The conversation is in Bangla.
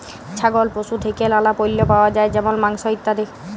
ছাগল পশু থেক্যে লালা পল্য পাওয়া যায় যেমল মাংস, ইত্যাদি